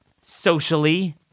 socially